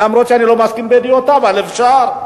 אף שאני לא מסכים עם דעותיו, אבל אפשר.